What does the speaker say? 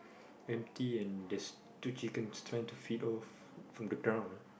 empty and there's two chickens trying to feed off from the ground ah